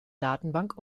datenbank